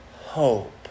hope